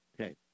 Okay